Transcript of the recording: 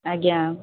ଆଜ୍ଞା